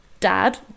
Dad